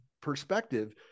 perspective